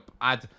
add